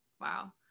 Wow